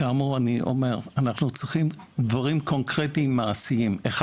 אנחנו צריכים דברים קונקרטיים מעשיים: א',